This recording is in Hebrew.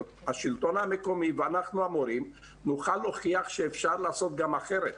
השלטון המקומי ואנחנו המורים נוכל להוכיח שאפשר לעשות גם אחרת.